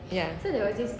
ya